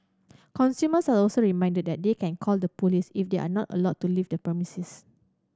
consumers are also reminded that they can call the police if they are not allowed to leave the premises